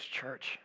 church